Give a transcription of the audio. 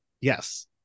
Yes